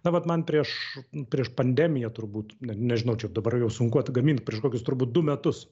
na vat man prieš prieš pandemiją turbūt nežinau čia dabar jau sunku atgamint prieš kokius turbūt du metus